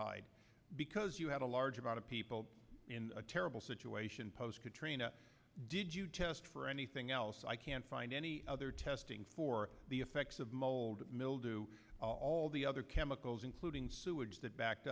high because you had a large amount of people in a terrible situation post katrina did you test for anything else i can't find any other testing for the effects of mold mildew all the other chemicals including sewage that backed